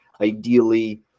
Ideally